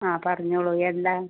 ആ പറഞ്ഞോളു എന്താ